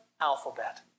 alphabet